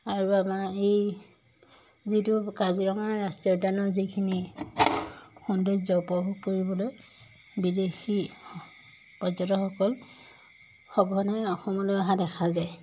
আৰু আমাৰ এই যিটো কাজিৰঙা ৰাষ্ট্ৰীয় উদ্যানৰ যিখিনি সৌন্দৰ্য উপভোগ কৰিবলৈ বিদেশী পৰ্যটকসকল সঘনাই অসমলৈ অহা দেখা যায়